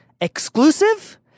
exclusive